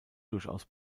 durchaus